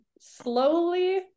slowly